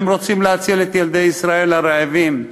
הם רוצים להציל את ילדי ישראל הרעבים,